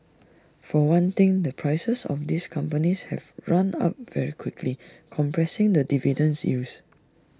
for one thing the prices of these companies have run up very quickly compressing the dividend yields